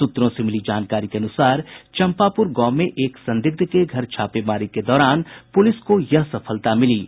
सूत्रों से मिली जानकारी के अनुसार चंपापुर गांव में एक संदिग्ध के घर छापेमारी के दौरान पुलिस को यह सफलता मिली है